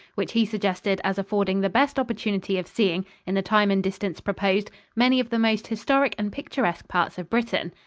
which he suggested as affording the best opportunity of seeing, in the time and distance proposed, many of the most historic and picturesque parts of britain.